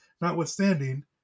notwithstanding